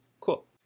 Cool